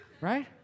right